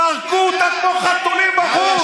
זרקו אותם כמו חתולים בחוץ.